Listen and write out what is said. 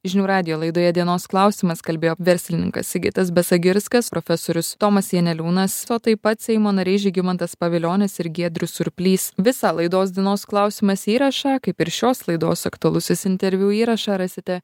žinių radijo laidoje dienos klausimas kalbėjo verslininkas sigitas besagirskas profesorius tomas janeliūnas o taip pat seimo nariai žygimantas pavilionis ir giedrius surplys visą laidos dienos klausimas įrašą kaip ir šios laidos aktualusis interviu įrašą rasite